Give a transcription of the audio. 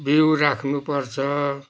बिउ राख्नुपर्छ